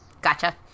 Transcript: Gotcha